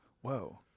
Whoa